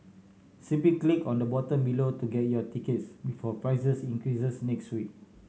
simply click on the button below to get your tickets before prices increases next week